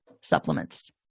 supplements